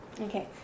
Okay